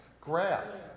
grass